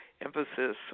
emphasis